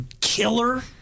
killer